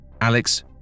Alex